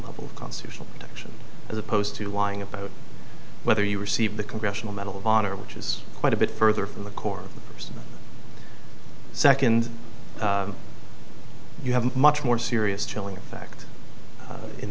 level constitutional protection as opposed to lying about whether you received the congressional medal of honor which is quite a bit further from the core of the person second you have a much more serious chilling effect